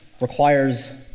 requires